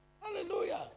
hallelujah